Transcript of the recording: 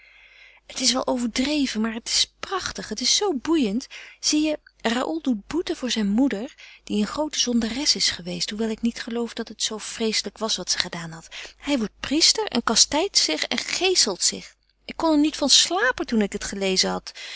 het is wel overdreven maar het is prachtig het is zoo boeiend zie je raoul doet boete voor zijne moeder die een zondares is geweest hoewel ik niet geloof dat het zoo vreeselijk was wat ze gedaan had hij wordt priester en kastijdt zich en geeselt zich ik kon er niet van slapen toen ik het gelezen had